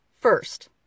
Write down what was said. first